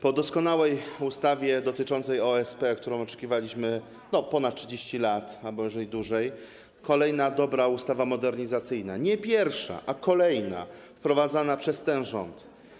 Po doskonałej ustawie dotyczącej OSP, na którą oczekiwaliśmy ponad 30 lat, a może dłużej, jest kolejna dobra ustawa modernizacyjna - nie pierwsza, ale kolejna - wprowadzana przez ten rząd.